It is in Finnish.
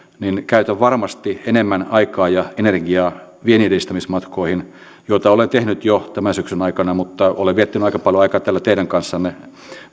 niin käytän varmasti enemmän aikaa ja energiaa vienninedistämismatkoihin joita olen tehnyt jo tämän syksyn aikana mutta olen viettänyt aika paljon aikaa täällä teidän kanssanne